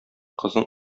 кызын